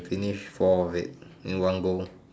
finish four of it in one go